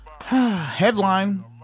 Headline